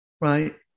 right